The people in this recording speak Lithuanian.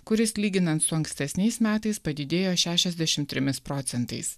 kuris lyginant su ankstesniais metais padidėjo šešiasdešim trimis procentais